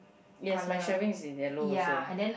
yes my shelving is in yellow also